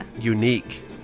unique